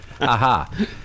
Aha